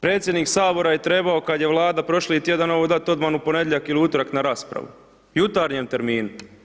Predsjednik Sabora je trebao kad je Vlada prošli tjedan, ovo dati odmah u ponedjeljak ili utorak na raspravu, u jutarnjem terminu.